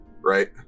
right